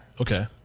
Okay